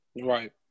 Right